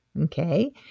Okay